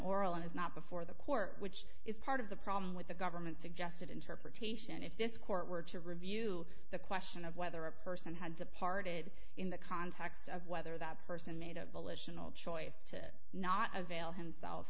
is not before the court which is part of the problem with the government suggested interpretation if this court were to review the question of whether a person had departed in the context of whether that person made a volitional choice to not avail himself